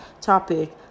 topic